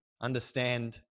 understand